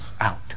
out